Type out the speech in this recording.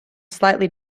slightly